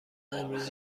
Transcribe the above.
امروز